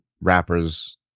rappers